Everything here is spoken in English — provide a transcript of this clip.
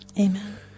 Amen